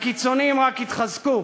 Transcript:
הקיצונים רק התחזקו,